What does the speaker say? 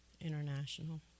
international